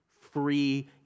free